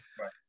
Right